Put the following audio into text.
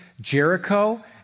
Jericho